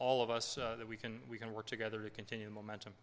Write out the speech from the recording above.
all of us that we can we can work together to continue momentum